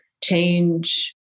change